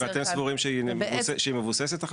ואתם סבורים שהחזקה הזאת מבוססת?